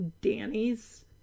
Danny's